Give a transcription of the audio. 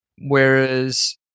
whereas